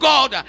God